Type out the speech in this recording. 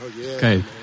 Okay